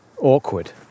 awkward